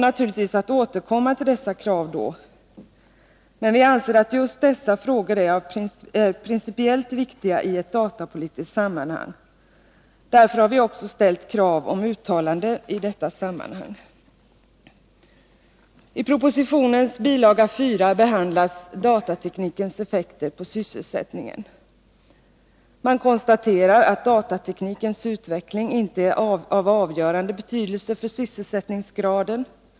Naturligtvis återkommer vi till dessa krav då, men vi anser att just dessa frågor är principiellt viktiga i ett datapolitiskt sammanhang. Därför har vi också ställt krav om uttalanden i detta sammanhang. I bil. 4 till propositionen behandlas datateknikens effekter på sysselsättningen. Man konstaterar att datateknikens utveckling inte är av avgörande betydelse för sysselsättningsgraden.